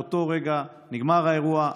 באותו הרגע נגמר האירוע,